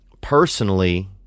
Personally